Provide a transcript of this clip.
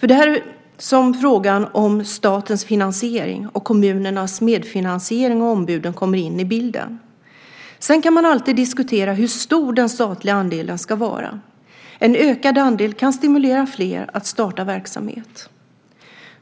Det är här som frågan om statens finansiering och kommunernas medfinansiering av ombuden kommer in i bilden. Sedan kan man alltid diskutera hur stor den statliga andelen ska vara. En ökad andel kan stimulera fler att starta verksamhet.